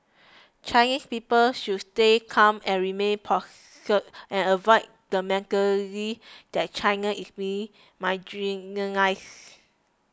Chinese people should stay calm and remain poised and avoid the mentality that China is being marginalised